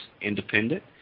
independent